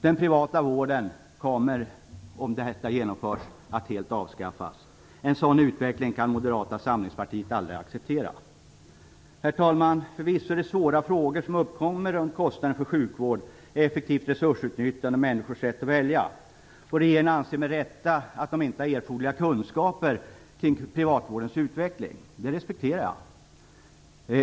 Den privata vården kommer, om detta genomförs, att helt avskaffas. En sådan utveckling kan Moderata samlingspartiet aldrig acceptera. Herr talman! Förvisso är det svåra frågor som uppkommer runt kostnaden för sjukvård, effektivt resursutnyttjande och människors rätt att välja. Regeringen anser sig, med rätta, inte ha erforderliga kunskaper om privatvårdens utveckling. Det respekterar jag.